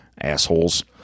Assholes